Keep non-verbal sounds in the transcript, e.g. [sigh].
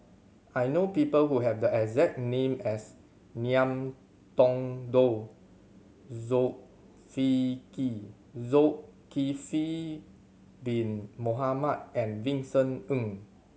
I know people who have the exact name as Ngiam Tong Dow [unintelligible] Zulkifli Bin Mohamed and Vincent Ng